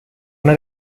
una